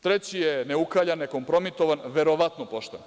Treći je neukaljan, nekompromitovan, verovatno pošten.